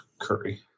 Curry